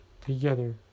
together